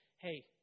Hey